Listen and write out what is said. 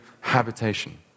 habitation